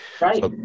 Right